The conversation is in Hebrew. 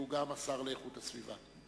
שהוא גם השר להגנת הסביבה.